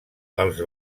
els